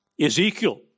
Ezekiel